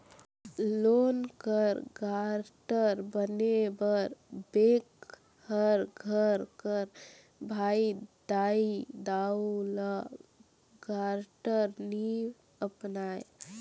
loan कर guarantor बने बर बेंक हर घर कर भाई, दाई, दाऊ, ल गारंटर नी अपनाए